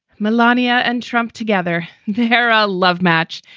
melania and trump, together, they're a love match.